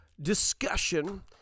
discussion